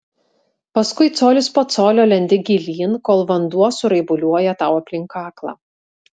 paskui colis po colio lendi gilyn kol vanduo suraibuliuoja tau aplink kaklą